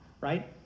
right